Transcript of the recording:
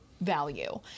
value